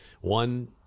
One